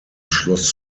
schloss